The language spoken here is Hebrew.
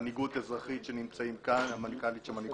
"מנהיגות אזרחית" שנמצאים כאן,